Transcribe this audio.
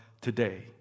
today